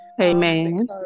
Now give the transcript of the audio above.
Amen